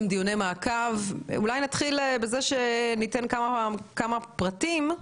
אולי נתחיל בזה שניתן כמה פרטים.